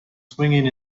swinging